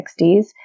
60s